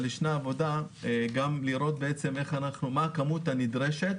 אבל ישנה עבודה גם לראות מה הכמות הנדרשת